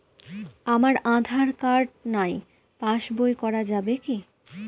আমার আঁধার কার্ড নাই passbook করা যাবে কি?